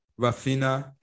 Rafina